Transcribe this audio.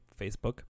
Facebook